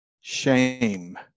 Shame